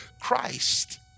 Christ